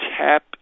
tap